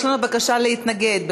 יש לנו בקשה להתנגד.